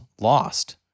lost